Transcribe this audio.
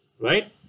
Right